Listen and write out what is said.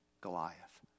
Goliath